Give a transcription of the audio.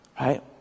right